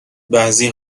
بعضی